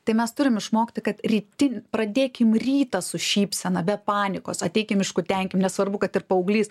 tai mes turim išmokti kad rytin pradėkim rytą su šypsena be panikos ateikim iškutenkim nesvarbu kad ir paauglys